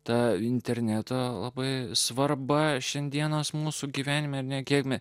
ta interneto labai svarba šiandienos mūsų gyvenime ar ne kiek mes